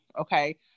Okay